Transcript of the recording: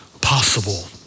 possible